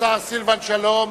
השר סילבן שלום.